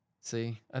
See